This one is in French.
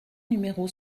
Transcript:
numéro